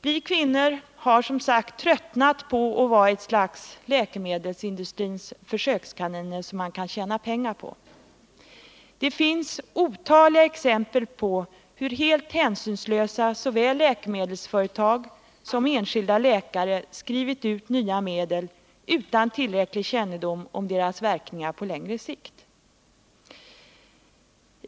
Vi kvinnor har som sagt tröttnat på att vara ett slags läkemedelsindustrins försökskaniner som man kan tjäna pengar på. Det finns otaliga exempel på hur såväl läkemedelsföretag som läkare helt hänsynslöst skrivit ut nya medel utan tillräcklig kännedom om deras verkningar på längre sikt.